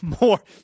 more